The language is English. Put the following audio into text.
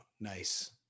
nice